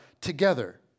together